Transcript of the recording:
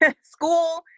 school